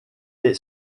est